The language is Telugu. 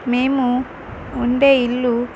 మేము ఉండే ఇల్లు